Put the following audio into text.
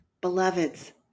Beloveds